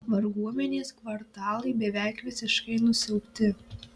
varguomenės kvartalai beveik visiškai nusiaubti